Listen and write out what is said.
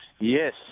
Yes